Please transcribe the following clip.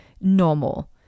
normal